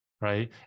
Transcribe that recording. Right